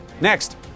Next